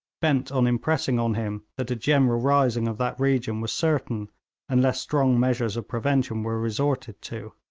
bent on impressing on him that a general rising of that region was certain unless strong measures of prevention were resorted to.